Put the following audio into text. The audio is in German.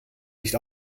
nicht